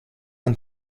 und